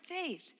faith